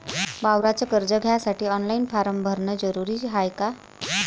वावराच कर्ज घ्यासाठी ऑनलाईन फारम भरन जरुरीच हाय का?